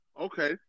Okay